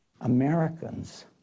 Americans